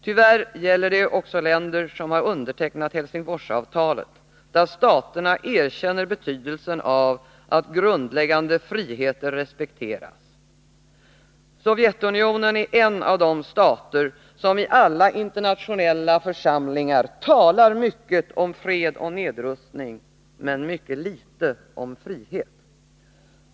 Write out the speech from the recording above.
Tyvärr gäller det även länder som har undertecknat Helsingforsavtalet, där staterna erkänner betydelsen av att grundläggande friheter respekteras. Sovjetunionen är en av de stater som i alla internationella församlingar talar mycket om fred och nedrustning, men mycket litet om frihet.